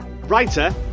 Writer